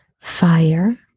fire